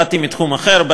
באתי מתחום אחר,